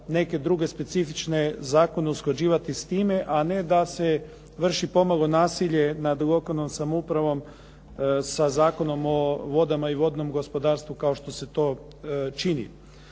neke druge specifične zakone usklađivati s time a ne da se vrši pomalo nasilje nad lokalnom samoupravom sa Zakonom o vodama i vodnom gospodarstvu kao što se to čini.